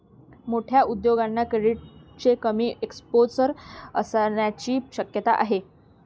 मोठ्या उद्योगांना क्रेडिटचे कमी एक्सपोजर असण्याची शक्यता आहे